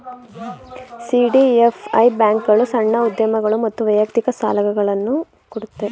CDFI ಬ್ಯಾಂಕ್ಗಳು ಸಣ್ಣ ಉದ್ಯಮಗಳು ಮತ್ತು ವೈಯಕ್ತಿಕ ಸಾಲುಗಳನ್ನು ಕೊಡುತ್ತೆ